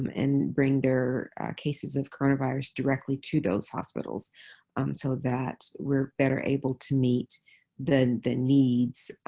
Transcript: um and bring their cases of coronavirus directly to those hospitals um so that we're better able to meet the the needs,